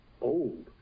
old